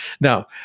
Now